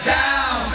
down